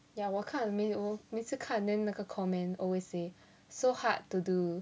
ya 我看没有我每次看 then 那个 comment always say so hard to do